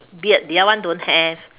beard the other one don't have